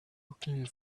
looking